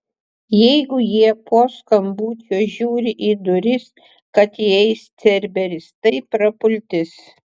jeigu jie po skambučio žiūri į duris kad įeis cerberis tai prapultis